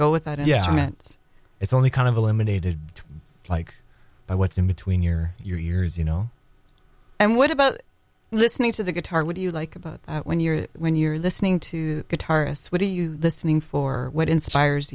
go with that yeah i mean it's it's only kind of eliminated like what's in between your your ears you know and what about listening to the guitar what do you like about when you're when you're listening to guitarists what do you listening for what inspires